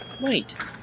Wait